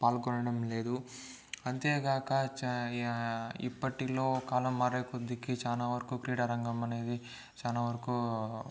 పాల్గొనడంలేదు అంతేగాక చ ఇప్పటిలో కాలం మారే కొద్దికి చానా వరకు క్రీడా రంగమనేది చాలా వరకు